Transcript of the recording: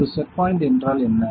ஒரு set point என்றால் என்ன